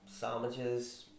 sandwiches